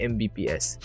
Mbps